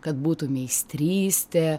kad būtų meistrystė